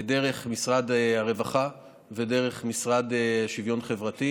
דרך משרד הרווחה ודרך המשרד לשוויון חברתי